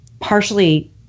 partially